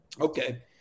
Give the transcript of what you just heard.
Okay